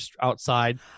outside